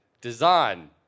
Design